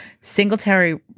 Singletary